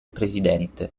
presidente